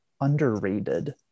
underrated